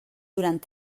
durant